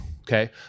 Okay